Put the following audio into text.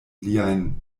liajn